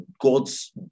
God's